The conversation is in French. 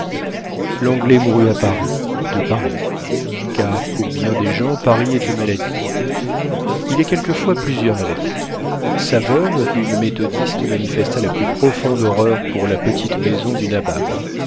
l'anglais mourut à paris de paris car pour bien des gens paris est une maladie il est quelquefois plusieurs maladies sa veuve une méthodiste manifesta la plus grande horreur pour la petite maison du